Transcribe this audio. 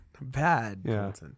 bad